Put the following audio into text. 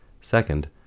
Second